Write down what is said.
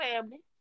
family